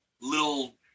little